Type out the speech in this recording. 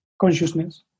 consciousness